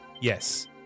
Yes